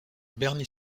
bernie